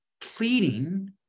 pleading